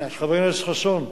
1 4. חבר הכנסת חסון,